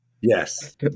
yes